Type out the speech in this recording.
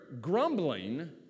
grumbling